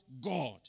God